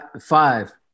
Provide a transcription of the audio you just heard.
five